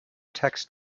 tax